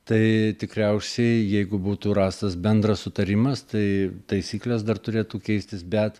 tai tikriausiai jeigu būtų rastas bendras sutarimas tai taisyklės dar turėtų keistis bet